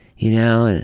you know. and